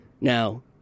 Now